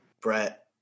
Brett